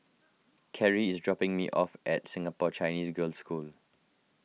Carie is dropping me off at Singapore Chinese Girls' School